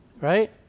Right